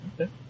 Okay